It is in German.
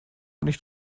nicht